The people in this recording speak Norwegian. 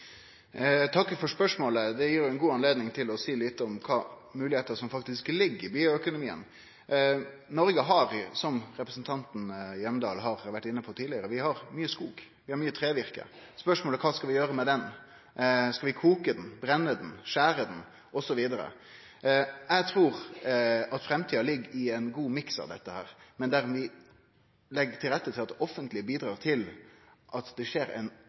Eg takkar for spørsmålet. Det gir meg ei god anledning til å seie litt om kva for moglegheiter som faktisk ligg i bioøkonomien. Noreg har jo, som representanten Hjemdal har vore inne på tidlegare, mykje skog, vi har mykje trevirke. Spørsmålet er: Kva skal vi gjere med det? Skal vi koke det, brenne det, skjere det osv.? Eg trur at framtida ligg i ein god miks av dette, men der vi legg til rette for at det offentlege bidreg til at det skjer